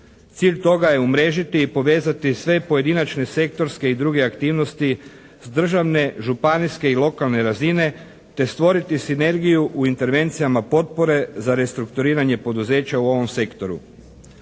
Cilj toga je umrežiti i povezati sve pojedinačne sektorske i druge aktivnosti s državne, županijske i lokalne razine te stvoriti sinergiju u intervencijama potpore za restrukturiranje poduzeća u ovom sektoru.